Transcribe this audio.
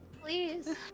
Please